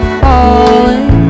falling